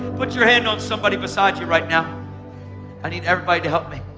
put your hand on somebody besides you right yeah i need everybody to help me.